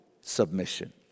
submission